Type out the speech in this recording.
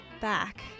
back